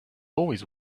always